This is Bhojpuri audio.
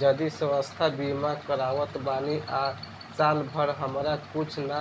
जदि स्वास्थ्य बीमा करावत बानी आ साल भर हमरा कुछ ना